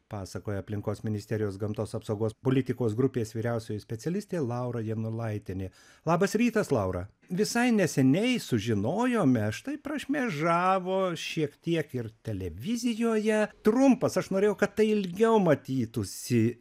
pasakoja aplinkos ministerijos gamtos apsaugos politikos grupės vyriausioji specialistė laura janulaitienė labas rytas laura visai neseniai sužinojome štai prašmėžavo šiek tiek ir televizijoje trumpas aš norėjau kad tai ilgiau matytųsi